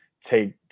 take